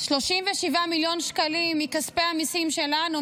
37 מיליון שקלים מכספי המיסים שלנו,